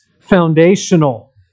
foundational